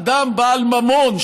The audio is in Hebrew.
אדם בעל ממון,